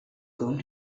going